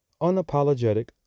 unapologetic